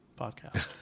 podcast